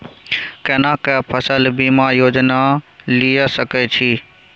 केना के फसल बीमा योजना लीए सके छी?